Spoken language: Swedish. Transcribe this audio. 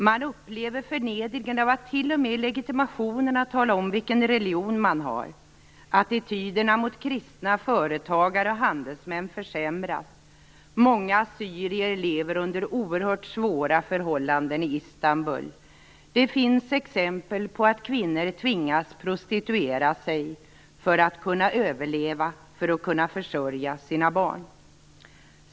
Man upplever förnedringen av att t.o.m. i legitimationen tala om vilken religion man har. Attityderna mot kristna företagare och handelsmän försämras. Många assyrier lever under oerhört svåra förhållanden i Istanbul. Det finns exempel på att kvinnor tvingas prostituera sig för att kunna överleva och försörja sina barn.